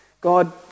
God